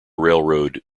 railroad